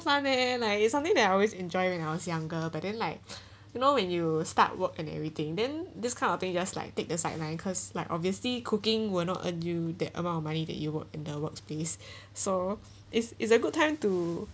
fun leh is something that I always enjoy when I was younger but then like you know when you start work and everything then this kind of thing just like take the sideline cause like obviously cooking will not earn you that amount of money that you work in the workplace so is is a good time to